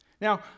Now